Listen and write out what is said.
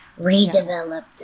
redeveloped